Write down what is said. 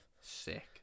sick